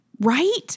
right